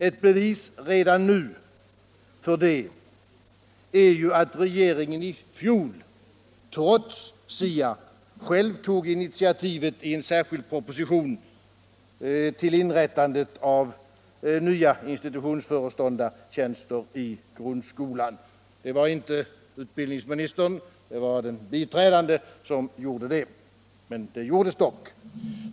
Ett bevis redan nu för det är att regeringen i fjol, trots SIA, i en särskild proposition tog initiativet till inrättandet av nya institutionsföreståndartjänster i grundskolan. Det var inte utbildningsministern utan den biträdande som gjorde det, men det gjordes dock.